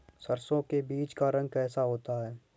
सरसों के बीज का रंग कैसा होता है?